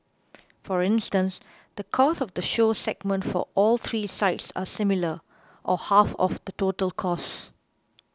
for instance the cost of the show segment for all three sites are similar or half of the total costs